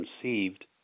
conceived